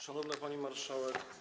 Szanowna Pani Marszałek!